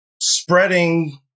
spreading